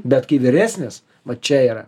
bet kai vyresnis va čia yra